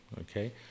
okay